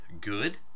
good